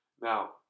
Now